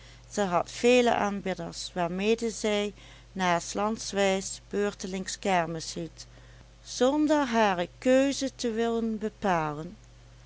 zij had vele aanbidders waarmede zij naar s lands wijs beurtelings kermis hield zonder hare keuze te willen bepalen